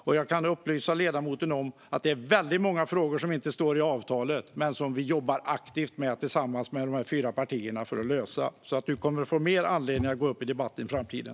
Och jag kan upplysa ledamoten om att det är väldigt många frågor som inte står i avtalet men som vi i dessa fyra partier tillsammans jobbar aktivt med för att lösa. Du kommer därför att få fler anledningar att gå upp i debatten i framtiden.